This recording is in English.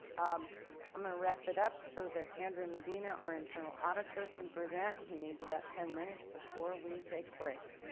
um i'm going to wrap it up so that andrew medina our internal editor can present. he needs about ten minutes before we take a break.